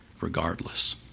regardless